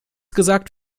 gesagt